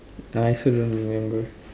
I also don't remember